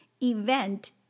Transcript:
event